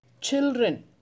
children